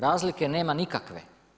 Razlike nema nikakve.